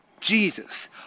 Jesus